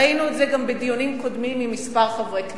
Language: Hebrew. ראינו את זה גם בדיונים קודמים עם כמה חברי כנסת: